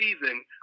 season